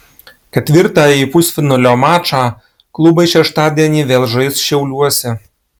ketvirtąjį pusfinalio mačą klubai šeštadienį vėl žais šiauliuose